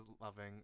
loving